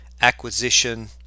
acquisition